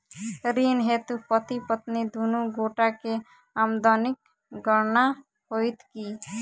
ऋण हेतु पति पत्नी दुनू गोटा केँ आमदनीक गणना होइत की?